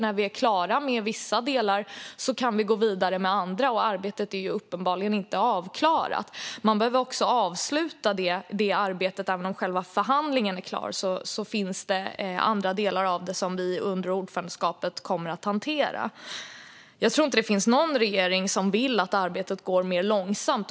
När vi är klara med vissa delar kan vi gå vidare med andra. Arbetet är ju uppenbarligen inte avklarat. Man behöver också avsluta arbetet. Även när själva förhandlingen är klar finns det andra delar som vi under ordförandeskapet kommer att hantera. Jag tror inte att det finns någon regering som vill att arbetet ska gå långsammare.